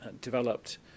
developed